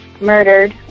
murdered